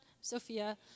Sophia